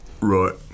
Right